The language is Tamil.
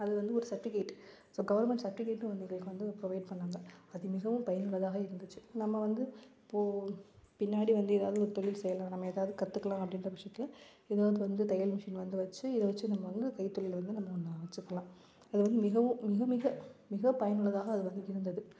அது வந்து ஒரு சர்டிவிகேட் ஸோ கவர்மெண்ட் சர்டிவிகேட் ஒன்று எங்களுக்கு வந்து ப்ரொவைட் பண்ணிணாங்க அது மிகவும் பயனுள்ளதாக இருந்துச்சு நம்ம வந்து இப்போது பின்னாடி வந்து ஏதாவது ஒரு தொழில் செய்யலாம் நம்ம ஏதாவது கற்றுக்கலாம் அப்படின்ற பட்சத்தில் ஏதாவது வந்து தையல் மிஷின் வந்து வச்சு இதை வச்சு நம்ம வந்து கைத்தொழில வந்து நம்ம ஒன்று அமுச்சிக்கலாம் அது வந்து மிகவும் மிக மிக மிக பயனுள்ளதாக அது வந்து இருந்தது